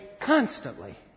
constantly